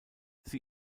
sie